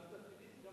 רק תפקידים?